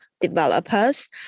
developers